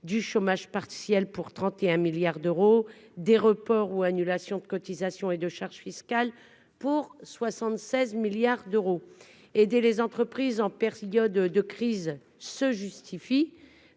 du chômage partiel pour 31 milliards d'euros, des reports ou annulations de cotisations et de charges fiscales pour 76 milliards d'euros et des les entreprises en persillade de crise se justifie